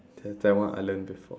that one I learn before